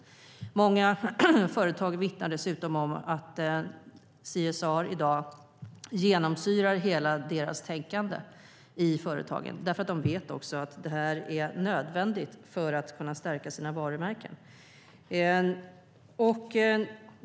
Många företag vittnar om att CSR i dag genomsyrar hela deras tänkande i företagen därför att de vet att det är nödvändigt för att kunna stärka sina varumärken.